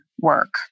work